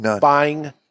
buying